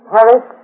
Paris